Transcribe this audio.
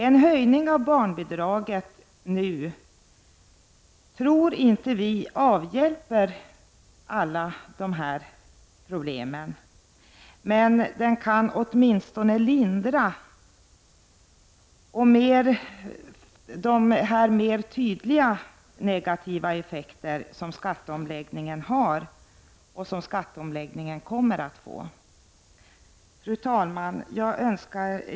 Vi tror inte att en höjning av barnbidraget avhjälper alla dessa problem, men en sådan kan åtminstone lindra dessa mer tydliga negativa effekter av skatteomläggningen. Fru talman!